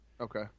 Okay